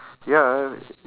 ya